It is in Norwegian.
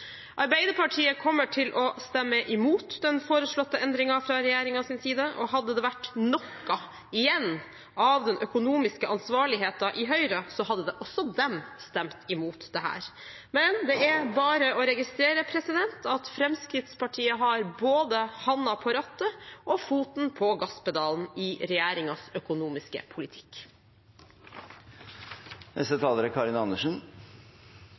Arbeiderpartiet kommer til å stemme imot den foreslåtte endringen fra regjeringens side, og hadde det vært noe igjen av den økonomiske ansvarligheten i Høyre, hadde også de stemt imot dette. Men det er bare å registrere at Fremskrittspartiet har både hånden på rattet og foten på gasspedalen i regjeringens økonomiske politikk. SV er